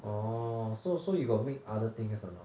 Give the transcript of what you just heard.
oh so so you got make other things or not